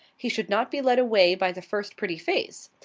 he should not be led away by the first pretty face.